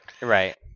Right